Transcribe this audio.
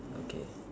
okay